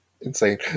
insane